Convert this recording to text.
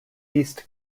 east